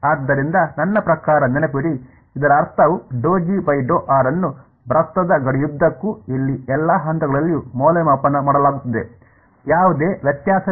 ಆದ್ದರಿಂದ ನನ್ನ ಪ್ರಕಾರ ನೆನಪಿಡಿ ಇದರ ಅರ್ಥವು ಅನ್ನು ವೃತ್ತದ ಗಡಿಯುದ್ದಕ್ಕೂ ಇಲ್ಲಿ ಎಲ್ಲಾ ಹಂತಗಳಲ್ಲಿಯೂ ಮೌಲ್ಯಮಾಪನ ಮಾಡಲಾಗುತ್ತದೆ ಯಾವುದೇ ವ್ಯತ್ಯಾಸವಿಲ್ಲ